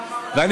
ואל,